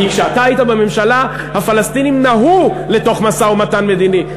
כי כשאתה היית בממשלה הפלסטינים נהו לתוך משא-ומתן מדיני,